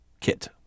kit